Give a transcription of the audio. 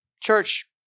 Church